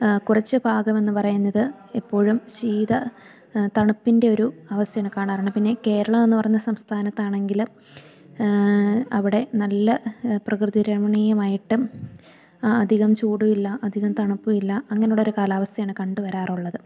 കുറച്ചു ഭാഗമെന്നു പറയുന്നത് എപ്പോഴും ശീത തണുപ്പിൻ്റെ ഒരു അവസ്ഥയാണ് കാണാറുണ്ട് പിന്നെ കേരളം എന്നു പറഞ്ഞ സംസ്ഥാനത്താണെങ്കില് അവിടെ നല്ല പ്രകൃതിരമണീയമായിട്ടും അധികം ചൂടുമില്ല അധികം തണുപ്പുമില്ല അങ്ങനുള്ളൊരു കാലാവസ്ഥയാണു കണ്ടുവരാറുള്ളത്